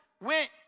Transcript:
went